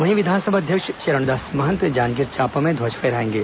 वहीं विधानसभा अध्यक्ष चरणदास महंत जांजगीर चाम्पा में ध्वज फहराएंगे